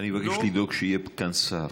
אני מבקש לדאוג שיהיה כאן שר.